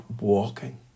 walking